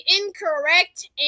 incorrect